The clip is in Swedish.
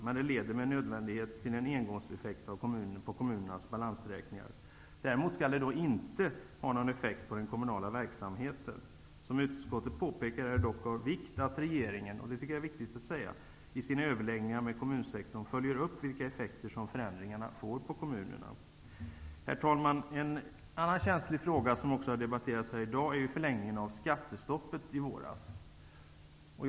Men det leder med nödvändighet till en engångseffekt på kommunernas balansräkningar. Däremot skall det inte ha någon effekt på den kommunala verksamheten. Som utskottet påpekar är det dock av vikt att regeringen, vilket är viktigt att säga, i sina överläggningar med kommunsektorn följer upp vilka effekter som förändringarna får på kommunerna. Herr talman! En annan känslig fråga som också har debatterats här i dag är förlängningen av skattestoppet, som man fattade beslut om i våras.